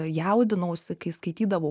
jaudinausi kai skaitydavau